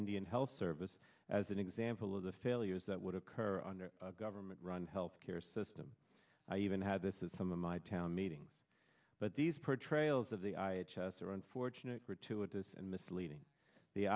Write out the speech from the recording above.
indian health service as an example of the failures that would occur under government run health care system i even had this is some of my town meetings but these perpetrators of the i h s are unfortunate gratuitous and misleading the